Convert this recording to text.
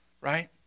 right